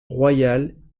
royale